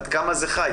עד כמה זה חי.